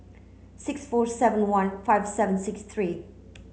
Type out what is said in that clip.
six four seven one five seven six three